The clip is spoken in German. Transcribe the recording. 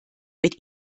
mit